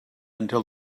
until